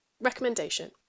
Recommendation